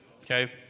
Okay